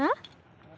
ᱦᱟᱸ